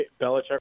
Belichick